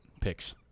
Picks